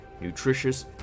nutritious